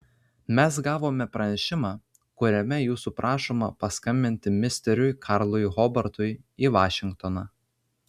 mes gavome pranešimą kuriame jūsų prašoma paskambinti misteriui karlui hobartui į vašingtoną